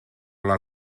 les